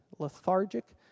Lethargic